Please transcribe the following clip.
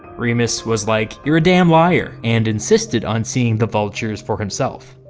remus was like you're a damn liar, and insisted on seeing the vultures for himself.